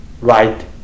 right